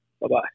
Bye-bye